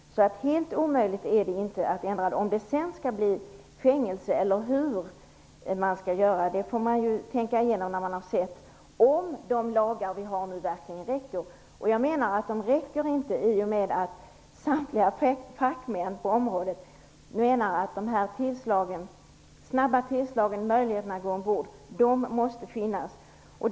Helt omöjligt är det alltså inte att ändra detta. Om det sedan skall finnas fängelsestraff eller inte får man tänka igenom när man har sett om de lagar som vi nu har verkligen räcker till. Jag menar att de inte räcker till i och med att samtliga fackmän på området menar att snabba tillslag och möjlighet att gå ombord måste finnas.